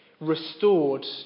restored